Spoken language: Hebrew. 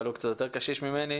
אבל הוא קצת יותר קשיש ממני...